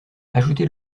ajouter